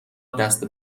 دست